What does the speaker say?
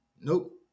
nope